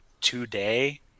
today